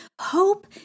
hope